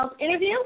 interview